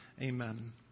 Amen